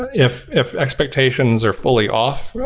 and if if expectations are fully off,